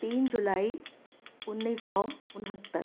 तीन जुलाई उन्नीस सौ उन्नहत्तर